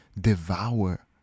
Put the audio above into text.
devour